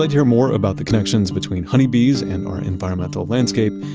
like hear more about the connections between honeybees and our environmental landscape,